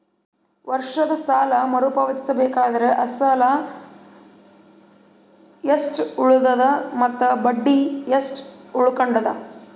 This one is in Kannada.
ವರ್ಷದ ಸಾಲಾ ಮರು ಪಾವತಿಸಬೇಕಾದರ ಅಸಲ ಎಷ್ಟ ಉಳದದ ಮತ್ತ ಬಡ್ಡಿ ಎಷ್ಟ ಉಳಕೊಂಡದ?